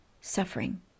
suffering